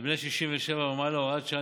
לבני 67 ומעלה (הוראת שעה,